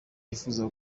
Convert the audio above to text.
yifuza